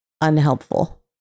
unhelpful